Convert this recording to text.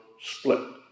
split